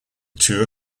tour